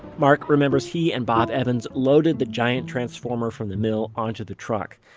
mark remembers he and bob evans loaded the giant transformer from the mill onto the truck.